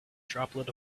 droplet